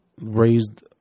raised